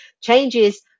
changes